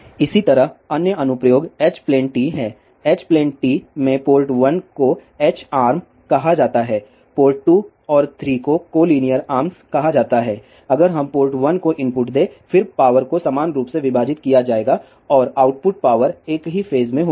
इसी तरह अन्य अनुप्रयोग एच प्लेन टी है एच प्लेन टी में पोर्ट 1 को एच आर्म कहा जाता है पोर्ट 2 और 3 को कोलिनियर आर्म्स कहा जाता है अगर हम पोर्ट 1 को इनपुट दें फिर पावर को समान रूप से विभाजित किया जाएगा और आउटपुट पावर एक ही फेज में होगी